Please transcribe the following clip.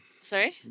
sorry